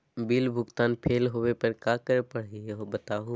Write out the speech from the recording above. Bill भुगतान fail होवे पर का करै परही, बताहु हो?